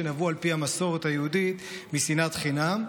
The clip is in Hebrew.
שעל פי המסורת היהודית נבעו משנאת חינם.